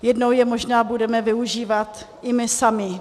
Jednou je možná budeme využívat i my sami.